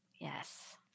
Yes